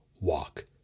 walk